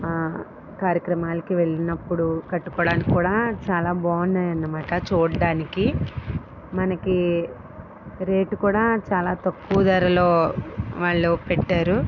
కార్యక్రమాలకి వెళ్ళినప్పుడు కట్టుకోవడానికి కూడా చాలా బాగున్నాయి అన్నమాట చూడడానికి మనకి రేటు కూడా చాలా తక్కువ ధరలో వాళ్ళు పెట్టారు